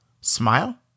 smile